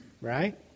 Right